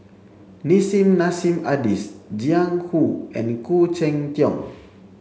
Nissim Nassim Adis Jiang Hu and Khoo Cheng Tiong